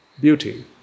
Beauty